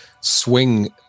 swing